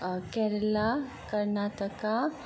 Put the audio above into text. Kerala Karnataka